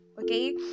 okay